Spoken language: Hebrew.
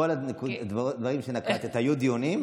כל הדברים שנקבת היו דיונים,